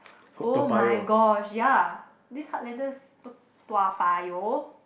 [oh]-my-gosh ya this heartlanders to~ Toa-Payoh